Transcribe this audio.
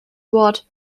wort